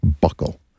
buckle